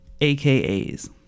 AKAs